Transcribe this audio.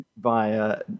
via